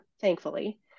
thankfully